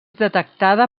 detectada